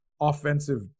offensive